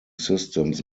systems